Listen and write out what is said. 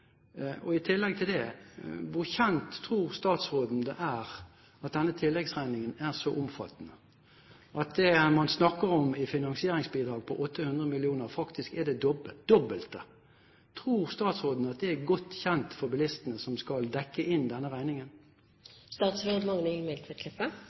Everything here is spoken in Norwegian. Og i tillegg til det: Hvor kjent tror statsråden det er at denne tilleggsregningen er så omfattende – at det i finansieringsbidraget på 800 mill. kr man snakker om, faktisk er det dobbelte? Tror statsråden at det er godt kjent for bilistene som skal dekke inn denne